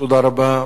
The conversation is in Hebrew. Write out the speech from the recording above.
תודה רבה.